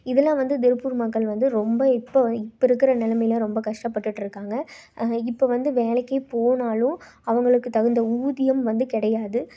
இதெலாம் வந்து திருப்பூர் மக்கள் வந்து ரொம்ப இப்போ இப்போ இருக்கிற நிலமையில ரொம்ப கஷ்டப்பட்டுகிட்ருக்காங்க இப்போ வந்து வேலைக்கே போனாலும் அவர்களுக்கு தகுந்த ஊதியம் வந்து கிடையாது